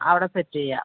അവിടെ സെറ്റ് ചെയ്യാം